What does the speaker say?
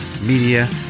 media